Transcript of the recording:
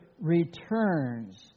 returns